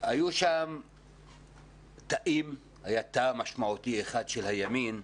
היה תא משמעותי אחד של הימין,